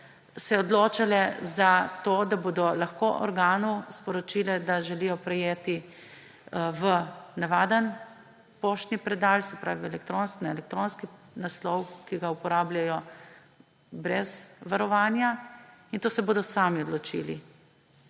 osebe odločali za to, da bodo lahko organu sporočili, da želijo prejeti v navaden poštni predal, se pravi na elektronski naslov, ki ga uporabljajo brez varovanja, in za to se bodo sami odločili,